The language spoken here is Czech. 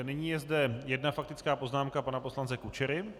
Nyní je zde jedna faktická poznámka pana poslance Kučery.